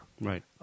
right